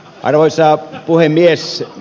arvoisa puhemies